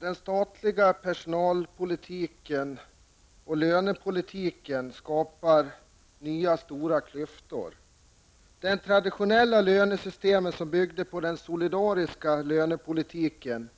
Herr talman! Den statliga löne och personalpolitiken skapar nya stora klyftor. De traditionella lönesystemen som byggde på den solidariska lönepolitiken